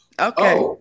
Okay